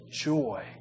joy